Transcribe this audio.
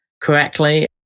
correctly